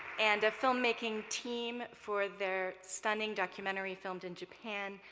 and filmmaking team for their stunning documentary filmed in japan,